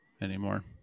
anymore